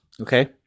Okay